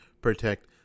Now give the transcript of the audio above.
protect